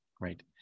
right